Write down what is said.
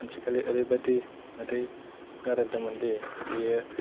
सानसेखालि ओरैबादि मोदै गारहोदोंमोनदि बियो